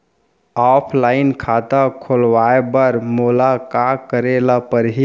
Offline खाता खोलवाय बर मोला का करे ल परही?